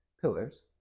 pillars